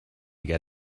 get